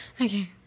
okay